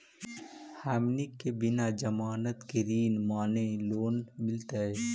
हमनी के बिना जमानत के ऋण माने लोन मिलतई?